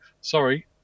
Sorry